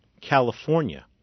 California